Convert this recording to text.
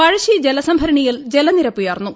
പഴശ്ശി ജലസംഭരണിയിൽ ജലനിരപ്പ് ഉയർന്നു